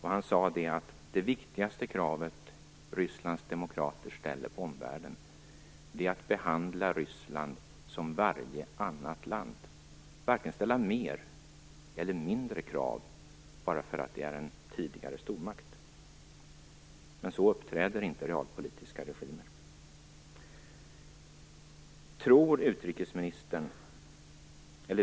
Han sade att det viktigaste kravet Rysslands demokrater ställer på omvärlden är att behandla Ryssland som varje annat land och varken ställa större eller mindre krav bara för att det är en tidigare stormakt. Men så uppträder inte realpolitiska regimer.